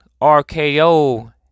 RKO